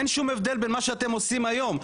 אין שום הבדל בין מה שאתם עושים היום,